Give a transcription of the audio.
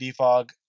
Defog